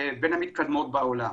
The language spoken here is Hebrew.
בין המתקדמות בעולם.